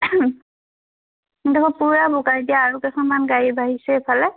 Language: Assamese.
সেইডখৰ পুৰা বোকা এতিয়া আৰু কেইখনমান গাড়ী বাঢ়িছে এইফালে